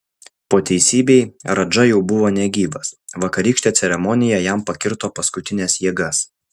po teisybei radža jau buvo negyvas vakarykštė ceremonija jam pakirto paskutines jėgas